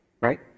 right